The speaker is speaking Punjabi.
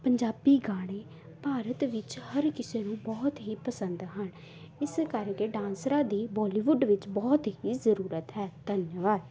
ਪੰਜਾਬੀ ਗਾਣੇ ਭਾਰਤ ਵਿੱਚ ਹਰ ਕਿਸੇ ਨੂੰ ਬਹੁਤ ਹੀ ਪਸੰਦ ਹਨ ਇਸੇ ਕਰਕੇ ਡਾਂਸਰਾਂ ਦੀ ਬੋਲੀਵੁੱਡ ਵਿੱਚ ਬਹੁਤ ਹੀ ਜ਼ਰੂਰਤ ਹੈ ਧੰਨਵਾਦ